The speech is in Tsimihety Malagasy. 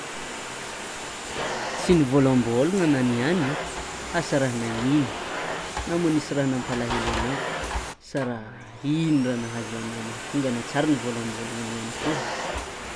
Tsy nivôlambôlagna ana niany, asa raha nanino na moa nisy raha nampalaelo ana na ino raha nahazo ana mahatonga ana tsary nivôlambôlagna niany tô.